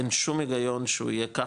אין שום היגיון שהוא יהיה ככה,